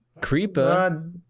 creeper